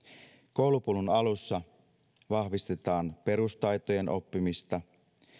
koulupolun alussa vahvistetaan perustaitojen oppimista